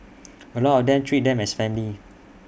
A lot of them treat them as family